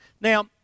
Now